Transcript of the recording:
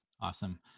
Awesome